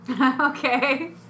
Okay